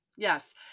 Yes